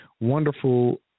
wonderful